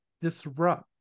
disrupt